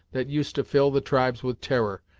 that used to fill the tribes with terror,